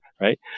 right